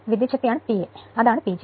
വിദ്യുച്ഛക്തിയാണ് P a അതാണ് PG